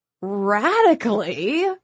radically